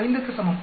05 க்கு சமம்